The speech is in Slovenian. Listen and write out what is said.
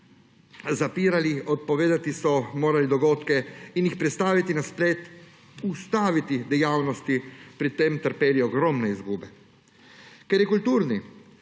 zapirali, odpovedati so morali dogodke in jih prestaviti na splet, ustaviti dejavnosti, pri tem trpeli ogromne izgube. Ker je kulturni